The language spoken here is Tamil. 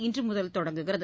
இன்றுமுதல் தொடங்குகிறது